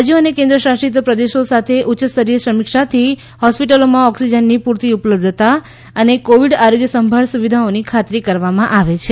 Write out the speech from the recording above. રાજ્યો અને કેન્દ્રશાસિત પ્રદેશો સાથે ઉચ્ચસ્તરીય સમીક્ષાથી હોસ્પિટલોમાં ઓક્સિજનની પૂરતી ઉપલબ્ધતા અને કોવિડ આરોગ્યસંભાળ સુવિધાઓની ખાતરી કરવામાં આવી છે